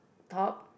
top